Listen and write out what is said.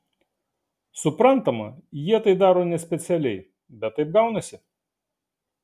suprantama jie tai daro nespecialiai bet taip gaunasi